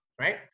right